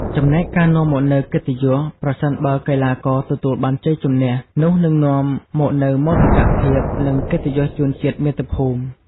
ចំណែកការនាំមកនូវកិត្តិយស ប្រសិនបើកីឡាករទទួលបានជ័យជម្នះ នោះនឹងនាំមកនូវមោទកភាព និងកិត្តិយសជូនជាតិមាតុភូមិ។